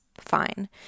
fine